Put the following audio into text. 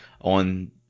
on